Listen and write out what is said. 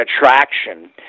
attraction